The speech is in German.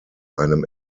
einem